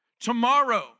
Tomorrow